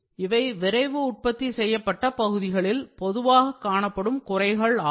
இவை விரைவு உற்பத்தி செய்யப்பட்ட பகுதிகளில் பொதுவாக காணப்படும் குறைகள் ஆகும்